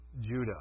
Judah